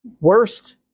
worst